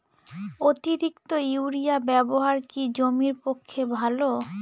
অতিরিক্ত ইউরিয়া ব্যবহার কি জমির পক্ষে ভালো?